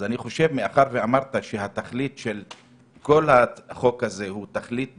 אז אני חושב שמאחר שאמרת שהתכלית של כל החוק הזה היא תכלית ביטחונית,